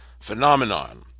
phenomenon